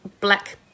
black